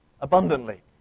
abundantly